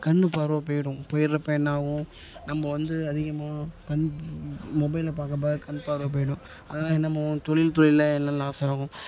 கண் பார்வை போய்விடும் போயிடுறப்ப என்னாகும் நம்ம வந்து அதிகமாக கண் மொபைலை பார்க்க பார்க்க கண் பார்வை போய்டும் அதனால் என்ன பண்ணுவோம் தொழில்துறையில எல்லா லாஸ் ஆகும்